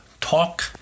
talk